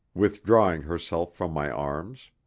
withdrawing herself from my arms.